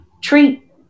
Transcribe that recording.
treat